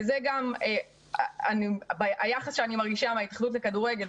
זה היחס שאני מרגישה מההתאחדות לכדורגל,